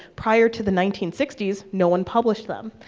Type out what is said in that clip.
prior to the nineteen sixty s, no one published them.